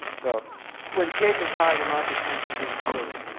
so when cape is high, the market tends to do poorly.